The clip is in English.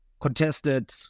contested